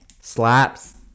Slaps